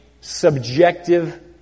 subjective